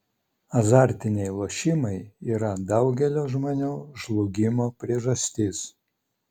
azartiniai lošimai yra daugelio žmonių žlugimo priežastis